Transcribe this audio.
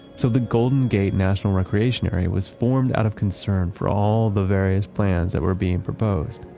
so the golden gate national recreation area was formed out of concern for all the various plans that were being proposed.